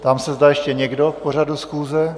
Ptám se, zda ještě někdo k pořadu schůze.